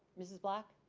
mrs. black?